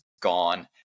gone